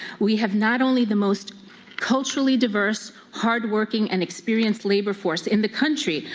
we have not only the most cultural diverse, hard working and experienced labor force in the country,